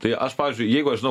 tai aš pavyzdžiui jeigu aš žinau